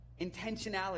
Intentionality